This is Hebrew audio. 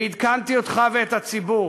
ועדכנתי אותך ואת הציבור